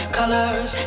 colors